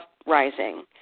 uprising